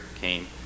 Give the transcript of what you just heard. came